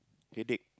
headache